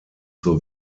zur